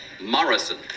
Morrison